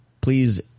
Please